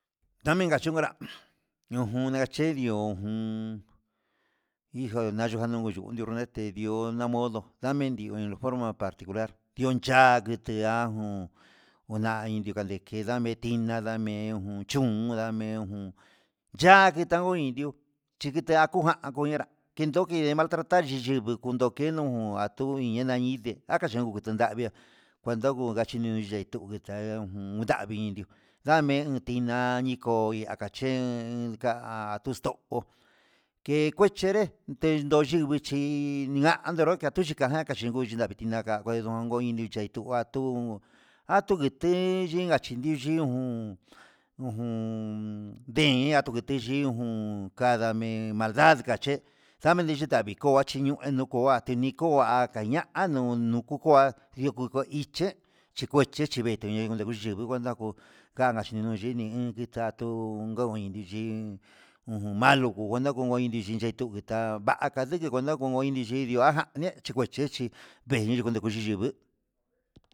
Ndamejan chikunrán junia chine'óñuu ujun hijo nayukano nuu yuyete ihó ngo namodo nanien digo ni forma particular dion cha'ati che'a jun una ndikaniga nden he tiná ndame uun hu chún ndame uun ya'á ke taniu indió chikta kuna'a nayenrá kitonke iin nachinda'a kindoki martratar yiyivii ndundoké henu atun yuna indé akachun ndunden ndavi'a kuenta ko'o kachinuyei tuketa ujun ndavii ndame tiná yin ko'o inka chen ya'a tuu exto'o ke kuechenre tendo yinguichí, ningaka yuketa ajan kachinro ni tiná ndaka kuenro inki cheitu ngua tun atuetin yin inka chindin diun, un ujun ndeiyan tukete yiun un kadame maldad ngachí nde ndamiyo chí kadii ko'o chinuan endoko'a tiniko'a ngaña'a anunuku ko'a yuku ku iyee xhikueche chingueche indevixhi chikuechi chinetoña ndevichingu kuenta ngu kada yinuini ini yatuu ndo inyii nuu malo koo ndonde nu iti yiye kutava'a kadikino inde ko ndiiyii nguaja ne chinguachechi venyu ngudiyu ndugu,